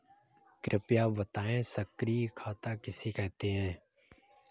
कृपया बताएँ सक्रिय खाता किसे कहते हैं?